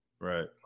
Right